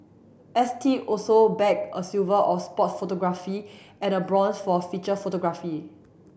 S T also bagged a silver or sport photography and a bronze for feature photography